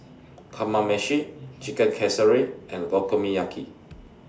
Kamameshi Chicken Casserole and